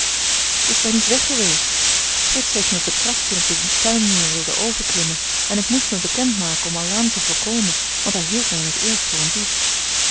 ik ben niet weg geweest frits heeft mij betrapt toen ik den tuinmuur wilde overklimmen en ik moest mij bekend maken om alarm te voorkomen want hij hield mij in t eerst voor een dief